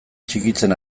txikitzen